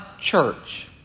church